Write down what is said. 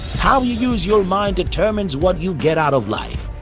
how you use your mind determines what you get out of life.